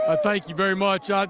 ah thank you very much. ah